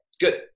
Good